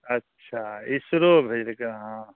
अच्छा इसरो भेजलकै हँ